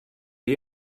you